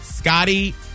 Scotty